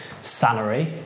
salary